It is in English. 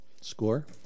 Score